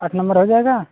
आठ नंबर हो जाएगा